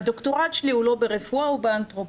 הדוקטורט שלי הוא לא ברפואה, הוא באנתרופולוגיה.